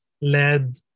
led